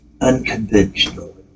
unconventional